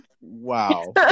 wow